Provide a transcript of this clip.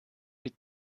die